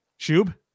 Shub